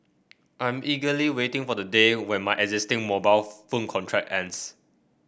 I'm eagerly waiting for the day when my existing mobile phone contract ends